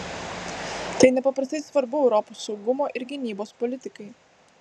tai nepaprastai svarbu europos saugumo ir gynybos politikai